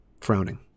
frowning